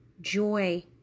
Joy